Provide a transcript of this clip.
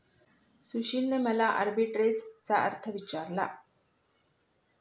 सुशीलने मला आर्बिट्रेजचा अर्थ विचारला